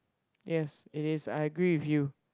yes it is I agree with you